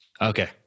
okay